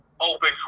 open